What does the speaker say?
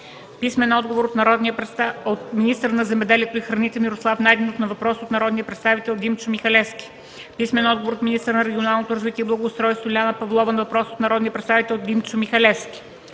Михалевски; - министъра на земеделието и храните Мирослав Найденов на въпрос от народния представител Димчо Михалевски; - министъра на регионалното развитие и благоустройството Лиляна Павлова на въпрос от народния представител Димчо Михалевски;